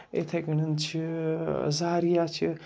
یِتھَے کٲٹھۍ چھِ زارِیا چھِ